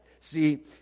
See